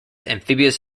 amphibious